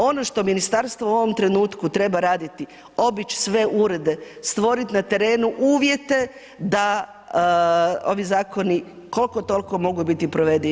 Ono što ministarstvo u ovom trenutku treba raditi: obići sve urede, stvoriti na terenu uvjete da ovi zakoni koliko toliko mogu biti provedivi.